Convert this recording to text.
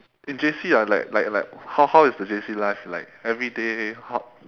in J_C ah like like like how how is the J_C life like everyday how